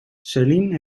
céline